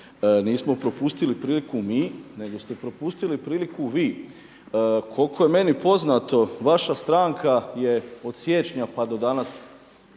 Nismo propustili priliku mi nego ste propustili priliku vi. Koliko je meni poznato, vaša stranka je od siječnja pa do danas